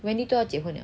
wendy 都要结婚 liao